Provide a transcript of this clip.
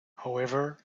however